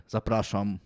Zapraszam